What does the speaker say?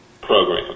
program